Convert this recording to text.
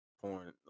porn